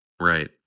Right